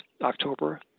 October